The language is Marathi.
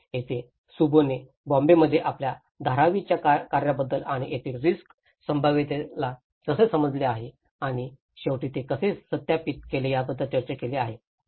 म्हणूनच येथे शुभो ने बॉम्बेमध्ये आपल्या धारावी च्या कार्याबद्दल आणि तेथील रिस्क संभाव्यतेला कसे समजले आहे आणि शेवटी ते कसे सत्यापित केले याबद्दल चर्चा केली आहे